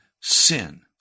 sin